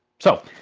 so.